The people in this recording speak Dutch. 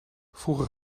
vroeger